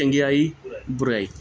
ਚੰਗਿਆਈ ਬੁਰਾਈ